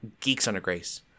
geeksundergrace